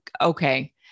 okay